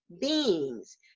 beings